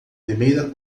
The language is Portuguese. primeira